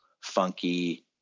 funky